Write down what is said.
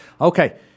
Okay